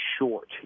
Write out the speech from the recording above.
short